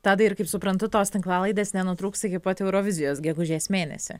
tadai ir kaip suprantu tos tinklalaidės nenutrūksta iki pat eurovizijos gegužės mėnesį